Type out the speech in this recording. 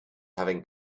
having